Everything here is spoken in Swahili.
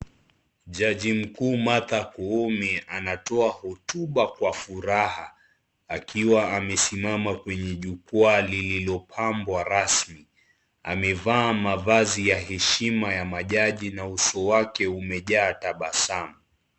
Jaji mkuu Martha Koome anatua hutuba kwa furaha amesimama kwenye jukua lenye limepambwa rasmi amevaa mavazi ya heshima ya majaji na uso wake umejaa tabasamu.